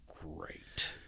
great